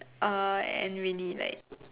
uh and really like